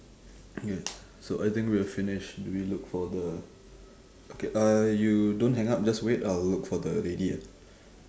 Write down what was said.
so I think we are finished do we look for the okay uh you don't hang up just wait I will look for the lady ya